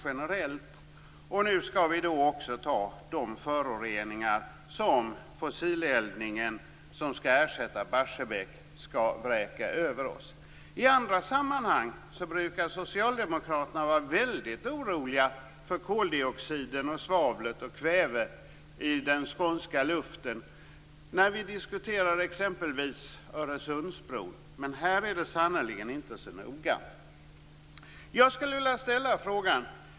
Nu skall vi alltså även ta de föroreningar som den fossileldning som skall ersätta Barsebäck skall vräka över oss. I andra sammanhang brukar socialdemokraterna vara väldigt oroliga för koldioxid, svavel och kväve i den skånska luften. Det gäller exempelvis när vi diskuterar Öresundsbron. Här är det sannerligen inte så noga!